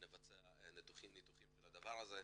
ניתוחים של הדבר הזה.